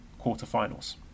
quarterfinals